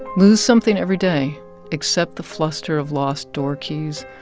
lose something every day except the fluster of lost door keys,